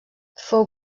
fou